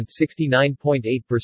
69.8%